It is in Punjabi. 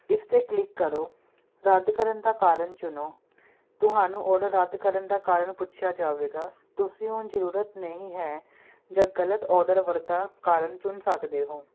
ਇਸ ਤੇ ਕਲਿੱਕ ਕਰੋ ਰੱਦ ਕਰਨ ਦਾ ਕਾਰਨ ਚੁਣੋ ਤੁਹਾਨੂੰ ਓਡਰ ਰੱਦ ਕਰਨ ਦਾ ਕਾਰਨ ਪੁੱਛਿਆ ਜਾਵੇਗਾ ਤੁਸੀਂ ਹੁਣ ਜਰੂਰਤ ਨਹੀਂ ਹੈ ਜਾਂ ਗਲਤ ਓਡਰ ਵਗਰਾ ਕਾਰਨ ਚੁਣ ਸਕਦੇ ਹੋਂ